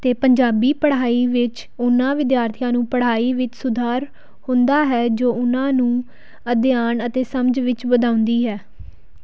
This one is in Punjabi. ਅਤੇ ਪੰਜਾਬੀ ਪੜ੍ਹਾਈ ਵਿੱਚ ਉਹਨਾਂ ਵਿਦਿਆਰਥੀਆਂ ਨੂੰ ਪੜ੍ਹਾਈ ਵਿੱਚ ਸੁਧਾਰ ਹੁੰਦਾ ਹੈ ਜੋ ਉਹਨਾਂ ਨੂੰ ਅਧਿਐਨ ਅਤੇ ਸਮਝ ਵਿੱਚ ਵਧਾਉਂਦੀ ਹੈ